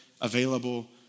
Available